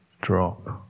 drop